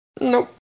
Nope